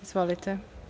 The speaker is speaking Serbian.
Izvolite.